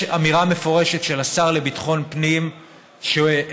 יש אמירה מפורשת של השר לביטחון פנים שבמקרים